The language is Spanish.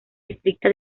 estricta